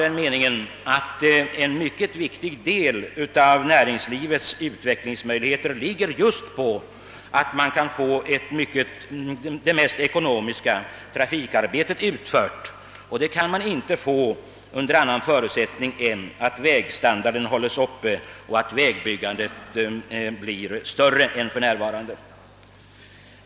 En mycket viktig del därav anser vi ligga just däri att det mest ekonomiska trafikarbetet blir utfört. En förutsättning härför är att vägstandarden hålles uppe och vägbyggandet blir större än för närvarande.